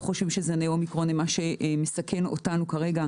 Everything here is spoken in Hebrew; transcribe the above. כי זני האומיקרון הם לא מה שמסכן אותנו כרגע.